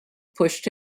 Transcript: pushed